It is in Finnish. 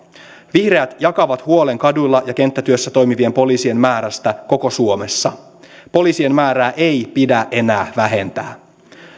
vihreät jakavat huolen kaduilla ja kenttätyössä toimivien poliisien määrästä koko suomessa poliisien määrää ei pidä enää vähentää